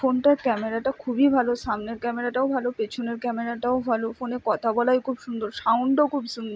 ফোনটার ক্যামেরাটা খুবই ভালো সামনের ক্যামেরাটাও ভালো পেছনের ক্যামেরাটাও ভালো ফোনে কথা বলায় খুব সুন্দর সাউন্ডও খুব সুন্দর